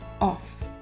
off